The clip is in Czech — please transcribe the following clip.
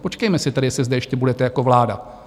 Počkejme si tedy, jestli zde ještě budete jako vláda.